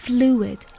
Fluid